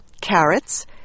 carrots